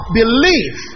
belief